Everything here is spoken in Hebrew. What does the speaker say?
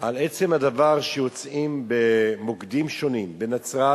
זה עצם הדבר שיוצאים במוקדים שונים בנצרת